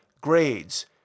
Grades